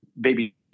baby